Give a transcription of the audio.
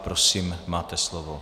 Prosím, máte slovo.